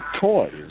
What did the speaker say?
toys